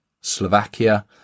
Slovakia